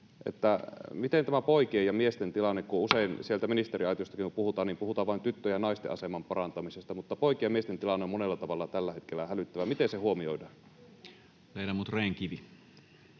miten tämä poikien ja miesten tilanne. Usein sieltä ministeriaitiosta kun puhutaan, niin puhutaan vain tyttöjen ja naisten aseman parantamisesta, mutta poikien ja miesten tilanne on monella tavalla tällä hetkellä hälyttävä. Miten se huomioidaan? [Speech